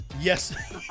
Yes